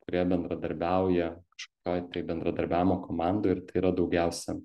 kurie bendradarbiauja kažkokioj tai bendradarbiavimo komandoj ir tai yra daugiausia